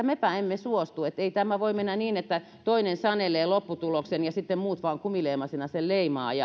mepä emme suostu ei tämä voi mennä niin että toinen sanelee lopputuloksen ja sitten muut vain kumileimasimena sen leimaavat